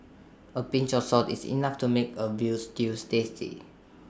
A pinch of salt is enough to make A Veal Stew tasty